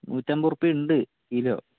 നൂറ്റി അമ്പത് റുപ്പിയ ഉണ്ട് കിലോ